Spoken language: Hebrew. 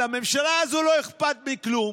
לממשלה הזאת לא אכפת מכלום.